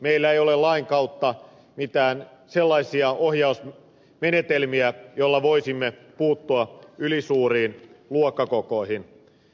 meillä ei ole lain kautta mitään sellaisia ohjausmenetelmiä joilla voisimme puuttua ylisuuriin luokkakokoihin